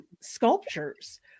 sculptures